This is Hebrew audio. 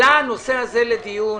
עלה הנושא הזה לדיון